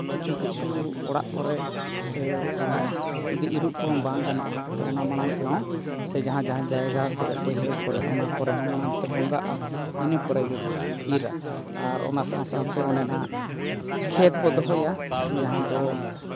ᱠᱤᱪᱷᱩ ᱠᱤᱪᱷᱩ ᱚᱲᱟᱜ ᱠᱚᱨᱮ ᱥᱮ ᱤᱨᱚᱜ ᱠᱚᱦᱚᱸ ᱵᱟᱝ ᱜᱟᱱᱚᱜᱼᱟ ᱛᱚ ᱚᱱᱟ ᱢᱟᱲᱟᱝ ᱛᱮᱦᱚᱸ ᱥᱮ ᱡᱟᱦᱟᱸ ᱡᱟᱦᱟᱸ ᱡᱟᱭᱜᱟ ᱠᱚᱨᱮᱫ ᱵᱟᱹᱭᱦᱟᱹᱲ ᱠᱚᱨᱮᱫ ᱚᱱᱟ ᱠᱚᱨᱮᱫ ᱦᱚᱸ ᱢᱟᱲᱟᱝ ᱛᱮ ᱵᱚᱸᱜᱟᱜᱼᱟ ᱤᱱᱟᱹ ᱯᱚᱨᱮ ᱜᱮᱠᱚ ᱤᱨᱟ ᱟᱨ ᱚᱱᱟ ᱥᱟᱶ ᱥᱟᱶᱛᱮ ᱚᱸᱰᱮ ᱱᱟᱦᱟᱜ ᱠᱷᱮᱛ ᱵᱚ ᱫᱚᱦᱚᱭᱟ ᱡᱟᱦᱟᱸ ᱫᱚ